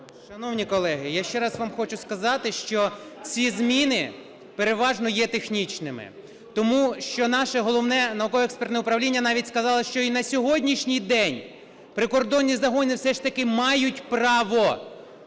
Шановні колеги, я ще раз вам хочу сказати, що ці зміни переважно є технічними, тому що наше Головне науково-експертне управління навіть сказало, що і на сьогоднішній день прикордонні загони все ж таки мають право